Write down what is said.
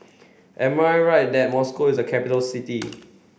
am I right that Moscow is a capital city